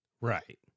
Right